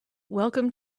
welcome